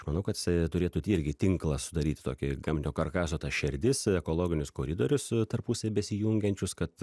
aš manau kad is turėtų irgi tinklą sudaryt tokį gamtinio karkaso ta šerdis ekologinius koridorius tarpusavyje besijungiančius kad